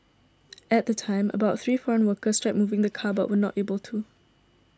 at the time about three foreign workers tried moving the car but were not able to